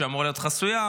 שאמורה להיות חסויה.